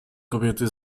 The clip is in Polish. kobiety